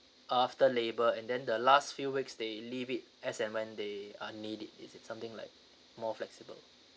after labor and then the last few weeks they leave it as and when they are need it is it something like more flexible